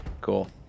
Cool